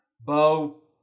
Bo